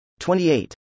28